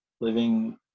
living